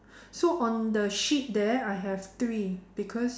so on the sheep there I have three because